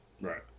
Right